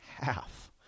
half